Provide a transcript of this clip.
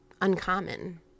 uncommon